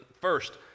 First